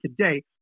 today